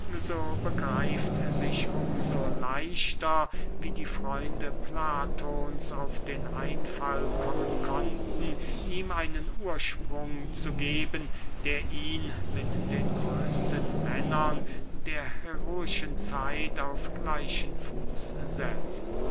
begreift sich um so leichter wie die freunde platons auf den einfall kommen konnten ihm einen ursprung zu geben der ihn mit den größten männern der heroischen zeit auf gleichen fuß setzt